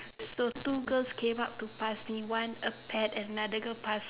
so two girls came up to pass one a pad and another girl pass